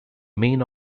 main